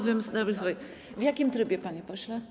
W jakim trybie, panie pośle?